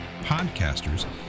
podcasters